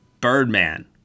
Birdman